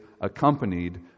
accompanied